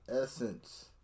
Essence